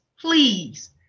please